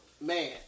man